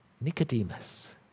Nicodemus